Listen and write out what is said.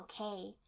okay